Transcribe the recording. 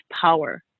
power